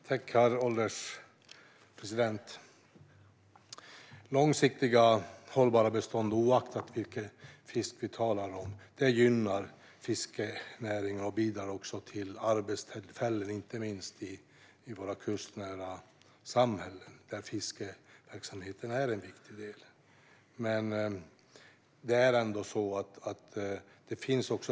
Herr ålderspresident! Långsiktiga hållbara bestånd, oavsett vilken fisk vi talar om, gynnar fiskenäringen och bidrar också till arbetstillfällen, inte minst i våra kustnära samhällen där fiskeverksamheten är en viktig del.